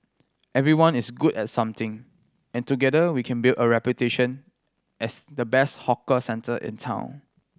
everyone is good at something and together we can build a reputation as the best hawker centre in town